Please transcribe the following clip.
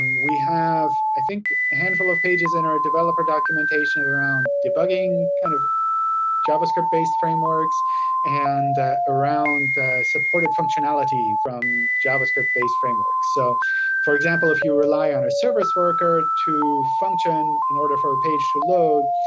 we have, i think, a handful of pages in our developer documentation around debugging, kind of javascript-based frameworks and around supported functionality from javascript-based frameworks. so for example, if you rely on a service worker to function in order for a page to load,